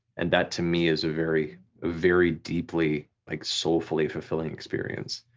and that to me is a very very deeply like soulfully fulfilling experience,